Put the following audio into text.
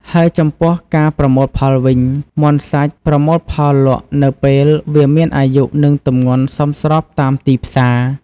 ហើយចំពោះការប្រមូលផលវិញ មាន់សាច់ ប្រមូលផលលក់នៅពេលវាមានអាយុនិងទម្ងន់សមស្របតាមទីផ្សារ។